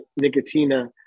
Nicotina